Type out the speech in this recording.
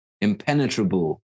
impenetrable